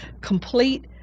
complete